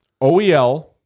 OEL